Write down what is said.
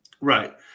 Right